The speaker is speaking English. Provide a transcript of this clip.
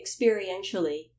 experientially